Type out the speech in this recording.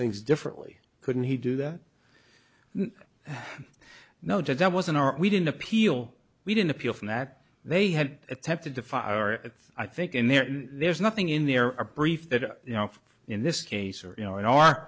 things differently couldn't he do that no that wasn't our we didn't appeal we didn't appeal from that they had attempted to fire and i think in there there's nothing in there a brief that you know in this case or you know in our